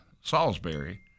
Salisbury